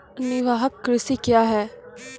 निवाहक कृषि क्या हैं?